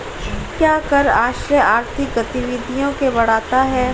क्या कर आश्रय आर्थिक गतिविधियों को बढ़ाता है?